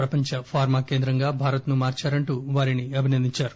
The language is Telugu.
ప్రపంచ ఫార్మా కేంద్రంగా భారత్ను మార్పారంటూ వారిని అభినందించారు